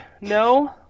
no